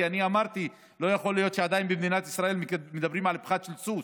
כי אמרתי: לא יכול להיות שעדיין במדינת ישראל מדברים על פחת של סוס.